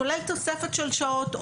כולל תוספת של שעות,